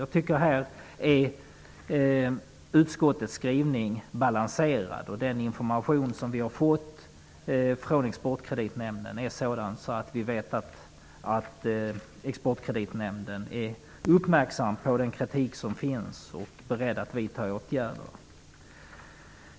Jag tycker att utskottets skrivning härvidlag är balanserad, och den information som vi har fått från Exportkreditnämnden är sådan att vi vet att nämnden är uppmärksam på den kritik som finns och beredd att vidta åtgärder.